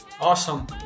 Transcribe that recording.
Awesome